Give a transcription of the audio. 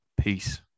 Peace